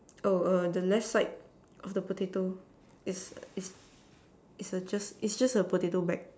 oh uh the left side of the potato is is is just is just a potato bag